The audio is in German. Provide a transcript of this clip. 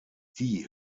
die